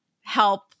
help